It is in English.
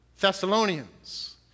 Thessalonians